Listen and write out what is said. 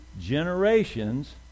generations